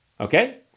Okay